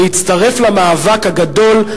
להצטרף למאבק הגדול,